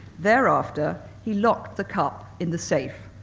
thereafter, he locked the cup in the safe.